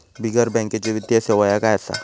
बिगर बँकेची वित्तीय सेवा ह्या काय असा?